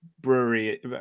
brewery